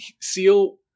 Seal